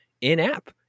in-app